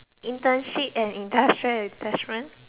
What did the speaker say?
internship and industrial attachment